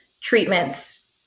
treatments